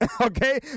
okay